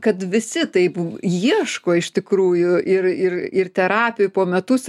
kad visi taip ieško iš tikrųjų ir ir ir terapijoj po metus